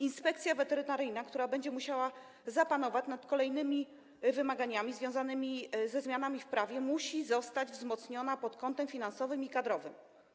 Inspekcja Weterynaryjna, która będzie musiała zapanować nad kolejnymi wymaganiami związanymi ze zmianami w prawie, musi zostać wzmocniona pod kątem finansowym i kadrowym.